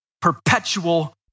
Perpetual